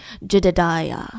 Jedidiah